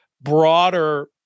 broader